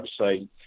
website